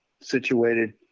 situated